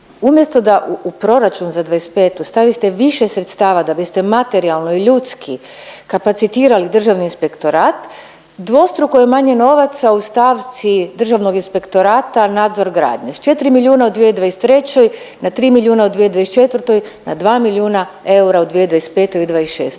umjesto da u proračun za 2025. stavite više sredstava da biste materijalno i ljudski kapacitirali Državni inspektorat dvostruko je manje novaca u stavci Državnog inspektorata nadzor gradnje sa 4 milijuna u 2023. na 3 milijuna u 2024., na 2 milijuna eura u 2025. i u 2026.